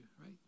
right